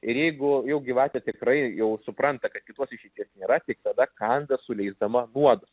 ir jeigu jau gyvatė tikrai jau supranta kad kitos išeities nėra tik tada kanda suleisdama nuodus